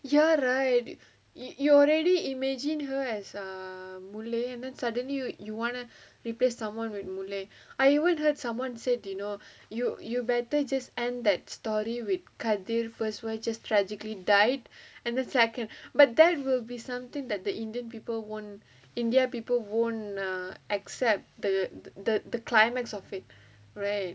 ya right you already imagine her as err and then suddenly you you want to replace someone with I heard heard someone said you know you you better just end that story with kathir first wife just tragically died and then second but that will be something that the india people won't the india people won~ won't accept the climax of it right